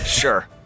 Sure